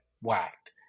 whacked